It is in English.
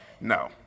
No